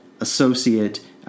associate